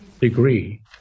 degree